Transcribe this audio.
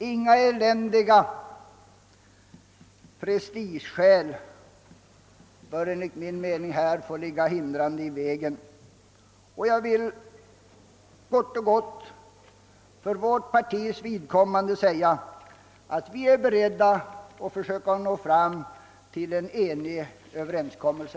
Inga eländiga prestigeskäl bör enligt min mening härvidlag få ligga hindrande i vägen. Jag vill helt kort för vårt partis vidkommande säga, att vi är beredda att försöka nå fram till en sådan gemensam överenskommelse.